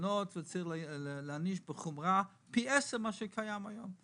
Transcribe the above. תלונות וצריך להעניש בחומרה פי עשר ממה שקיים היום.